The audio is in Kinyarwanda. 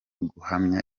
guhamya